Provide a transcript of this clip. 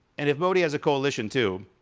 and if modi has a coalition too,